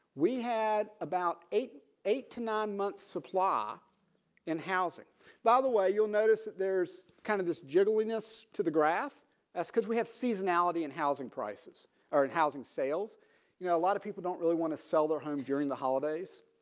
we had about eight eight to nine months supply in housing by the way. you'll notice that there's kind of this general weakness to the graph as because we have seasonality and housing prices are in housing sales you know a lot of people don't really want to sell their home during the holidays.